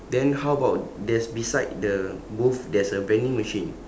then how about there's beside the booth there's a vending machine